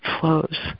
flows